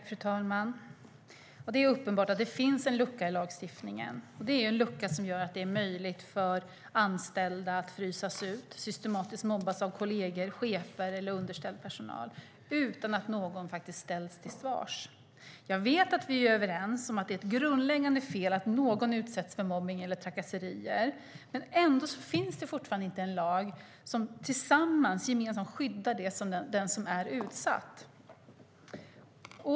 Fru talman! Det är uppenbart att det finns en lucka i lagstiftningen. Det är en lucka som gör att det är möjligt för anställda att frysas ut och systematiskt mobbas av kolleger, chefer eller underställd personal utan att någon ställs till svars. Jag vet att vi är överens om att det är ett grundläggande fel att någon utsätts för mobbning eller trakasserier. Ändå finns det fortfarande ingen samlad lag som skyddar den som är utsatt.